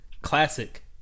Classic